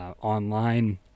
online